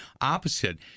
opposite